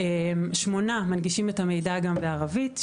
שמונה מנגישים את המידע גם בערבית,